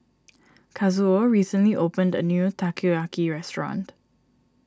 Kazuo recently opened a new Takoyaki restaurant